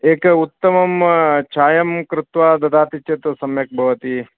एक उत्तमं चायं कृत्वा ददाति चेत् सम्यक् भवति